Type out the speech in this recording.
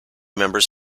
members